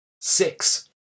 six